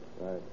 Right